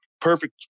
perfect